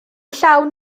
llawn